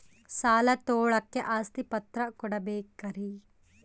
ಸಾಲ ತೋಳಕ್ಕೆ ಆಸ್ತಿ ಪತ್ರ ಕೊಡಬೇಕರಿ?